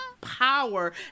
power